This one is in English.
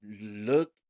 Look